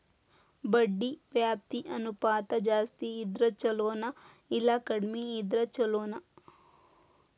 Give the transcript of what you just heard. ಬಡ್ಡಿ ವ್ಯಾಪ್ತಿ ಅನುಪಾತ ಜಾಸ್ತಿ ಇದ್ರ ಛಲೊನೊ, ಇಲ್ಲಾ ಕಡ್ಮಿ ಇದ್ರ ಛಲೊನೊ?